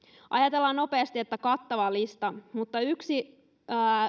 ajatellaan nopeasti että kattava lista mutta yksi